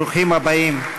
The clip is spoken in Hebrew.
ברוכים הבאים.